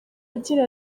agira